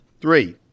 Three